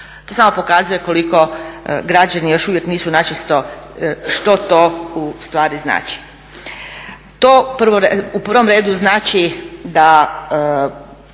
To samo pokazuje koliko gađani još uvijek nisu načisto što to ustvari znači. To u prvom redu znači da